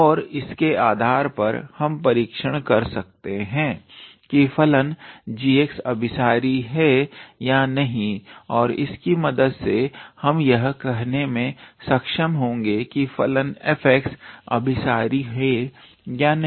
और इसके आधार पर हम परीक्षण कर सकते हैं कि फलन g अभिसारी है या नहीं और इसकी मदद से हम यह कहने में सक्षम होंगे कि फलन f अभिसारी है या नहीं